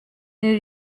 new